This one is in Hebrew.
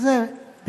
אז זה בקרוב